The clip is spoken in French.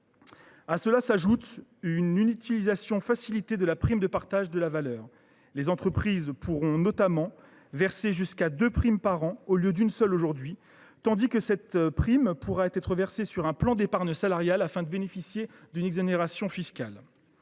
À cela s’ajoute une utilisation facilitée de la prime de partage de la valeur. Les entreprises pourront notamment accorder jusqu’à deux primes par an, au lieu d’une seule aujourd’hui, et le montant accordé pourra être versé sur un plan d’épargne salariale afin que son détenteur puisse bénéficier d’une exonération fiscale.